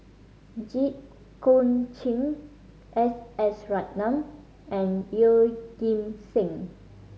Jit Koon Ch'ng S S Ratnam and Yeoh Ghim Seng